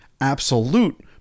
absolute